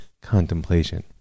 contemplation